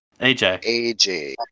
AJ